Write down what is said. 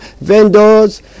vendors